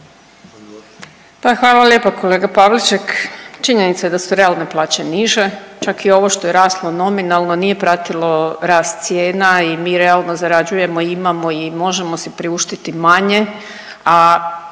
hvala lijepo kolega Pavliček, činjenica je da su realne plaće niže, čak i ovo što je raslo nominalno nije pratilo rast cijena i mi realno zarađujemo i imamo i možemo si priuštiti manje,